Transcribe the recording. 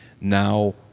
now